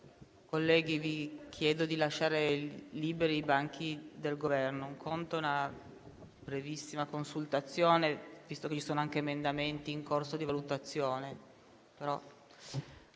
Colleghi, vi chiedo di lasciare liberi i banchi del Governo. Capisco una brevissima consultazione, visto che ci sono anche emendamenti in corso di valutazione,